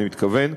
אני מתכוון.